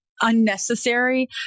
unnecessary